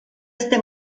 este